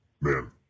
Man